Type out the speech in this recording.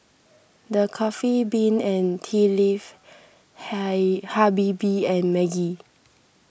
the Coffee Bean and Tea Leaf Habibie and Maggi